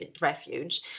refuge